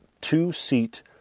two-seat